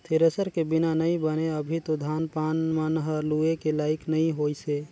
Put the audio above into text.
thresher के बिना नइ बने अभी तो धान पान मन हर लुए के लाइक नइ होइसे